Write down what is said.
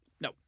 No